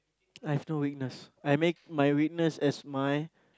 I have no weakness I make my weakness as my